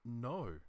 No